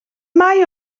mae